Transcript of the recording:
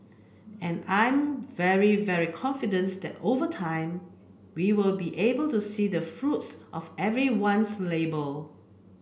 and I'm very very confidence that over time we will be able to see the fruits of everyone's labour